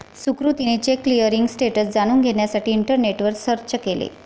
सुकृतीने check clearing status जाणून घेण्यासाठी इंटरनेटवर सर्च केले